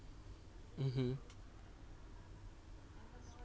mmhmm